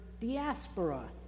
diaspora